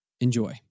Enjoy